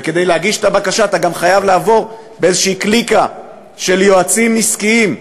וכדי להגיש את הבקשה אתה גם חייב לעבור באיזו קליקה של יועצים עסקיים,